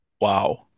Wow